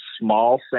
small